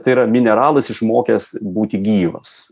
tai yra mineralas išmokęs būti gyvas